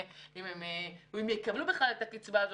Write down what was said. החודשית ואם הם יקבלו בכלל את הקצבה הזאת.